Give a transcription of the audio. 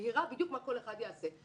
שמבהירה בדיוק מה כל אחד יעשה,